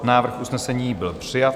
Návrh usnesení byl přijat.